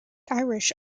irish